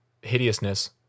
hideousness